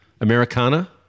Americana